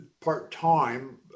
part-time